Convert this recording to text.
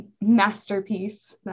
masterpiece